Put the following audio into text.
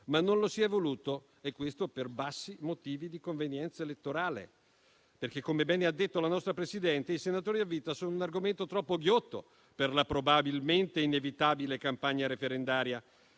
Ma non si è voluto farlo, per bassi motivi di convenienza elettorale. Come bene ha detto la nostra Presidente, i senatori a vita sono argomento troppo ghiotto per la probabilmente inevitabile campagna referendaria.